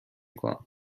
کنم